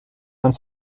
man